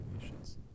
nations